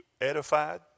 edified